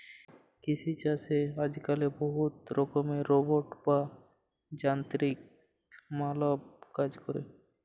কিসি ছাসে আজক্যালে বহুত রকমের রোবট বা যানতিরিক মালব কাজ ক্যরে